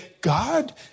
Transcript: God